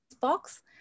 box